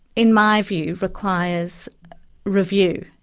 in my view, requires review.